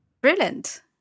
Brilliant